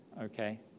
Okay